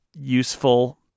useful